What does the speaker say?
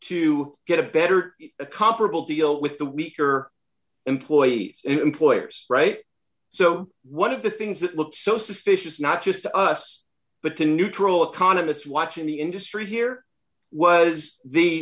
to get a better comparable deal with the weaker employees employers right so one of the things that looks so suspicious not just to us but to neutral economists watch in the industry here was the